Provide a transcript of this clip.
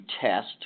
test